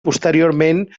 posteriorment